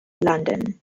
london